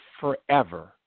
forever